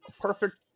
perfect